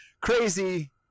Crazy